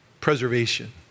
preservation